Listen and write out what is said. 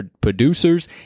producers